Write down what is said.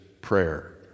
prayer